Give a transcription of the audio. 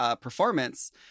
performance